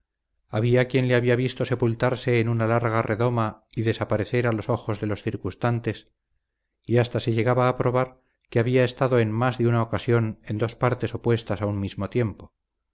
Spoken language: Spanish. había quien le había visto sepultarse en una larga redoma y desaparecer a los ojos de los circunstantes y hasta se llegaba a probar que había estado en más de una ocasión en dos partes opuestas a un mismo tiempo